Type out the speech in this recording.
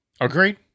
agreed